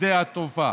לשדה התעופה.